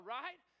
right